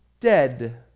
dead